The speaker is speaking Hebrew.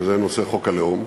וזה נושא חוק הלאום,